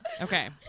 okay